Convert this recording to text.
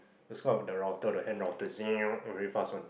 that is one of the router the hand router very fast one